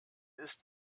ist